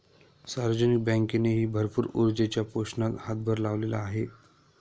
सार्वजनिक बँकेनेही भरपूर ऊर्जेच्या पोषणात हातभार लावलेला आहे